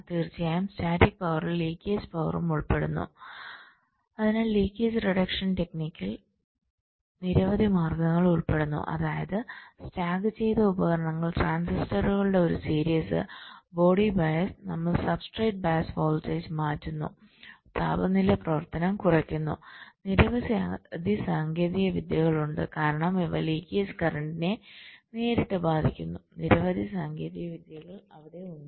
തീർച്ചയായും സ്റ്റാറ്റിക് പവറിൽ ലീക്കേജ് പവറും ഉൾപ്പെടുന്നു അതിനാൽ ലീക്കേജ് റിഡക്ഷൻ ടെക്നിക്കിൽ നിരവധി മാർഗങ്ങൾ ഉൾപ്പെടുന്നു അതായത് സ്റ്റാക്ക് ചെയ്ത ഉപകരണങ്ങൾ ട്രാൻസിസ്റ്ററുകളുടെ ഒരു സീരീസ് ബോഡി ബയസ് നമ്മൾ substrate bias voltage substrate bias voltageമാറ്റുന്നു താപനില പ്രവർത്തനം കുറയ്ക്കുന്നു നിരവധി സാങ്കേതിക വിദ്യകൾ ഉണ്ട് കാരണം ഇവ ലീക്കേജ് കറന്റിനെ നേരിട്ട് ബാധിക്കുന്നു നിരവധി സാങ്കേതിക വിദ്യകൾ അവിടെ ഉണ്ട്